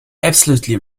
absolutely